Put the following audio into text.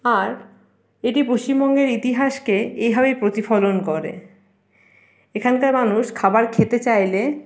আর এটি পশ্চিমবঙ্গের ইতিহাসকে এইভাবেই প্রতিফলন করে এখানকার মানুষ খাবার খেতে চাইলে